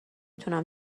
تونم